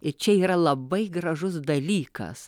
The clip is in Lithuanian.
ir čia yra labai gražus dalykas